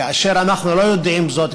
וכאשר אנחנו לא יודעים זאת,